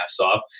off